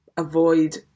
Avoid